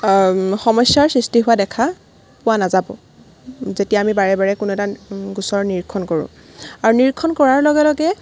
সমস্যাৰ সৃষ্টি হোৱা দেখা পোৱা নাযাব যেতিয়া আমি বাৰে বাৰে কোনো এটা গোচৰ নিৰীক্ষণ কৰোঁ আৰু নিৰীক্ষণ কৰাৰ লগে লগে